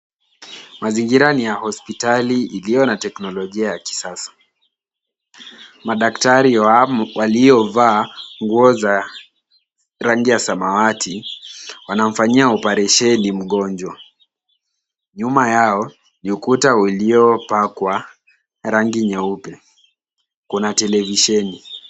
Mazingira ni ya hospitali iliyo na teknolojia ya kisasa. Madaktari waliovaa nguo za rangi ya samawati wanamfanyia oparesheni mgonjwa. Nyuma yao ni ukuta uliopakwa rangi nyeupe. Kuna televisheni.